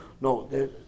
No